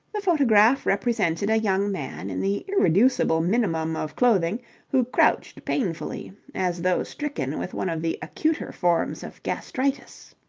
the photograph represented a young man in the irreducible minimum of clothing who crouched painfully, as though stricken with one of the acuter forms of gastritis.